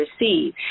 receive